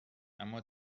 اما